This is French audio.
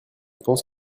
pense